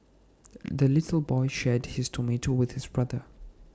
the little boy shared his tomato with his brother